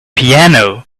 piano